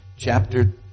Chapter